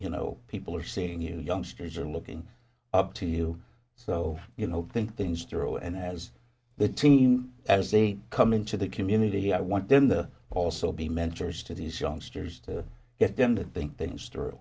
you know people are seeing you youngsters are looking up to you so you know think things through and as the team as they come into the community i want them the also be mentors to these youngsters to get them to think things through